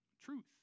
Truth